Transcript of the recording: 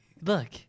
Look